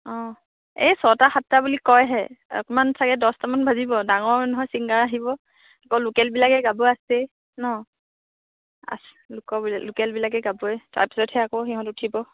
অ' এই ছয়টা সাতটা বুলি কয়হে অকণমান চাগে দহটামান বাজিব ডাঙৰ নহয় ছিংগাৰ আহিব আকৌ লোকেলবিলাকে গাব আছেই ন আছ লোক লোকেলবিলাকে গাবই তাৰপিছতহে আকৌ সিহঁত উঠিব